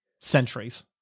centuries